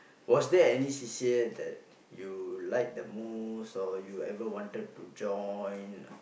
was there any C_C_A that you like the most or you ever wanted to join